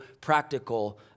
practical